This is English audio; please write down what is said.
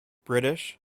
british